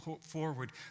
forward